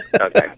Okay